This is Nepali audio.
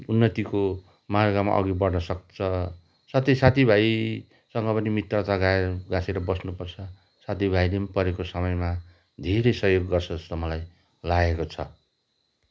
उन्नतिको मार्गमा अघि बढ्नसक्छ साथै साथीभाइसँग पनि मित्रता गा गाँसेर बस्नुपर्छ साथीभाइले पनि परेको समयमा धेरै सहयोग गर्छ जस्तो मलाई लागेको छ